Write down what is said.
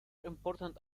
important